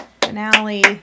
Finale